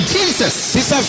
Jesus